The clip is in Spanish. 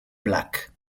black